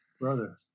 Brother